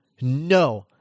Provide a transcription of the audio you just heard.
No